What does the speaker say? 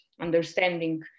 understanding